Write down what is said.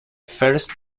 first